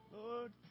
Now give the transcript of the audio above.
Lord